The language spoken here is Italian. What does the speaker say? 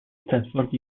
stanford